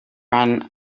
run